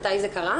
מתי זה קרה?